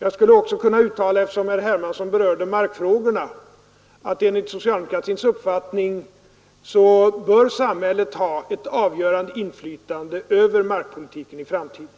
Jag skulle också, eftersom herr Hermansson berörde markfrågorna, kunna uttala att enligt socialdemokratins uppfattning bör samhället ha ett avgörande inflytande över markpolitiken i framtiden.